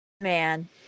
Man